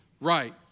Right